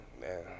Man